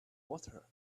water